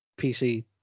pc